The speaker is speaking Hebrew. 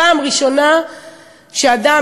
פעם ראשונה שאדם,